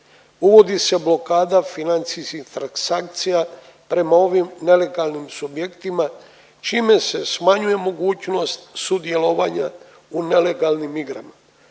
Uvodi se blokada financijskih transakcija prema ovim nelegalnim subjektima čime se smanjuje mogućnost sudjelovanja u nelegalnim igrama.